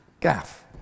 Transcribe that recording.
Gaff